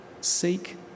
Seek